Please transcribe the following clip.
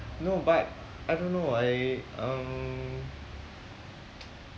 no but I don't know I um